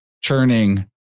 churning